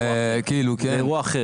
כימו.